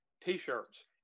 T-shirts